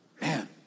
Man